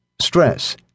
stress